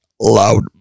Loud